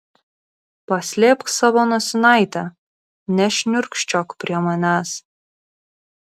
paslėpk savo nosinaitę nešniurkščiok prie manęs